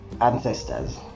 ancestors